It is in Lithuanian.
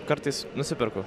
kartais nusiperku